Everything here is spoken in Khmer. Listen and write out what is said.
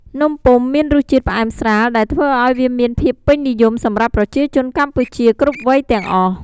នំពុម្ពមានរសជាតិផ្អែមស្រាល ដែលធ្វើឱ្យវាមានភាពពេញនិយមសម្រាប់ប្រជាជនកម្ពុជាគ្រប់វ័យទាំងអស់។